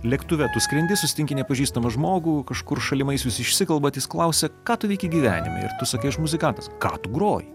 lėktuve tu skrendi susitinki nepažįstamą žmogų kažkur šalimais jūs išsikalbant jis klausia ką tu veiki gyvenime ir tu sakai aš muzikantas ką tu groji